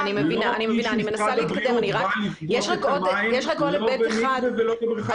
לא איש משרד הבריאות בא לבדוק את המים לא במקווה ולא בבריכת שחייה.